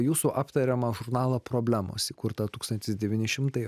jūsų aptariamą žurnalą problemos įkurtą tūkstantis devyni šimtai